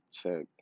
check